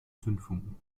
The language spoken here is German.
zündfunken